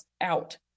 out